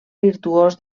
virtuós